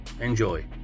Enjoy